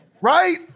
Right